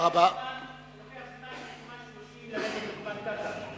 זה לוקח זמן לרדת מקומה 30 לקומת קרקע.